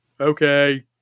Okay